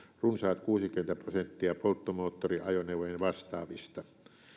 runsaat kuusikymmentä prosenttia polttomoottoriajoneuvojen vastaavista